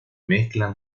mezclan